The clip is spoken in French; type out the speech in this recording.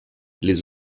les